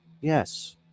Yes